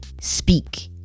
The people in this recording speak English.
speak